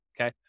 Okay